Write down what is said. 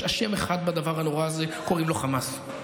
יש אשם אחד בדבר הנושא הזה, קוראים לו חמאס.